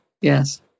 Yes